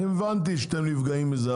אני הבנתי שאתם נפגעים מזה,